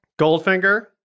Goldfinger